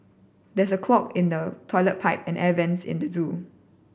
there is a clog in the toilet pipe and air vents at the zoo